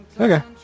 Okay